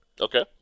Okay